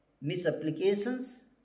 Misapplications